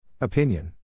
Opinion